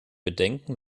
bedenken